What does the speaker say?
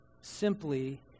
simply